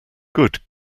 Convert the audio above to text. good